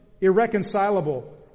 irreconcilable